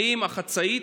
האם החצאית